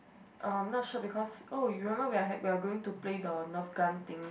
uh not sure because oh you remember we had we are going to play the nerf gun thing